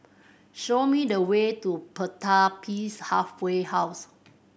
show me the way to Pertapis Halfway House